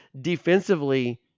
defensively